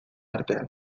artean